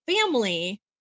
family